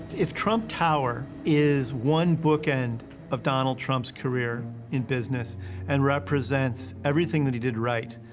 if trump tower is one bookend of donald trump's career in business and represents everything that he did right,